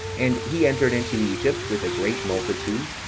and he entered into egypt with a great multitude,